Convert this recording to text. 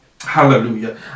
Hallelujah